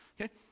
Okay